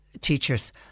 teachers